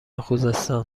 خوزستان